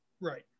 Right